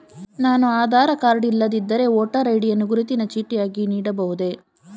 ನಾನು ಆಧಾರ ಕಾರ್ಡ್ ಇಲ್ಲದಿದ್ದರೆ voter ID ಯನ್ನು ಗುರುತಿನ ಚೀಟಿಯಾಗಿ ನೀಡಬಹುದೇ?